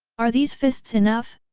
are these fists enough?